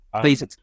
Please